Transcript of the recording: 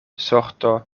sorto